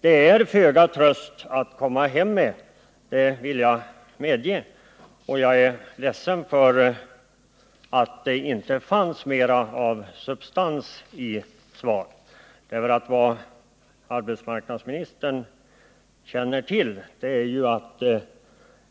Det är föga tröst att komma hem med. Jag är ledsen för att det i svaret inte fanns mera av substans. Arbetsmarknadsministern känner ju till att